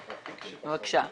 בבקשה.